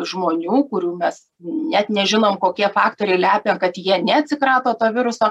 žmonių kurių mes net nežinom kokie faktoriai lepia kad jie neatsikrato to viruso